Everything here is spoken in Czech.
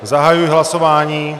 Zahajuji hlasování.